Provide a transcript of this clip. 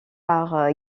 par